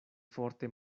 forte